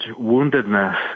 woundedness